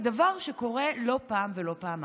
זה דבר שקורה לא פעם ולא פעמיים.